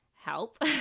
Help